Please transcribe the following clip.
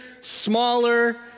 smaller